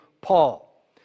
Paul